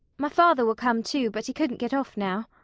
my father will come too, but he couldn't get off now.